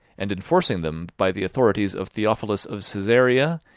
and enforcing them by the authorities of theophilus of cesarea,